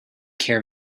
care